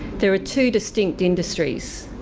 there are two distinct industries,